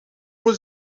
pour